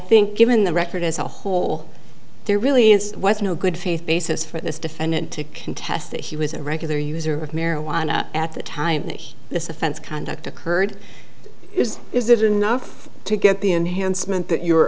think given the record as a whole there really is no good faith basis for this defendant to contest that he was a regular user of marijuana at the time that this offense conduct occurred is that enough to get the enhancement that you're